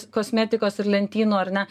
kosmetikos ir lentynų ar ne